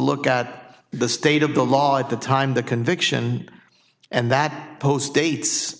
look at the state of the law at the time the conviction and that post dates